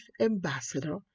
ambassador